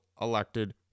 elected